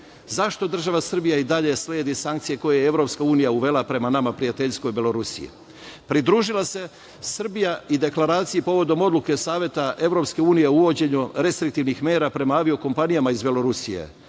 zašto država Srbija i dalje sledi sankcije koje je EU uvela prema nama prijateljskoj Belorusiji? Pridružila se Srbija i deklaraciji povodom odluke Saveta EU o uvođenju restriktivnih mera prema avio-kompanijama iz Belorusije,